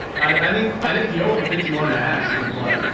i think, i think the over fifty one and a half is a good black.